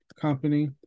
company